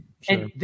sure